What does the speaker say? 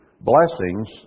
blessings